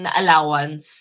allowance